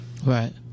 right